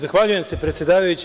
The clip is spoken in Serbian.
Zahvaljujem se, predsedavajući.